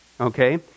Okay